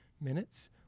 minutes